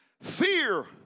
Fear